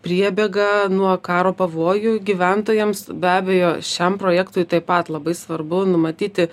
priebėgą nuo karo pavojų gyventojams be abejo šiam projektui taip pat labai svarbu numatyti